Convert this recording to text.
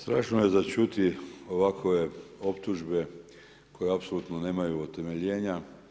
Strašno je za čuti ovakve optužbe koje apsolutno nemaju utemeljenja.